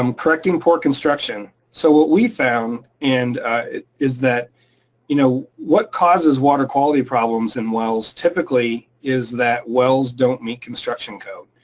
um correcting poor construction. so what we found and is that you know what causes water quality problems in wells typically is that wells don't meet construction code.